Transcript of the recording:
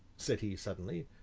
said he suddenly.